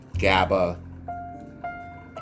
GABA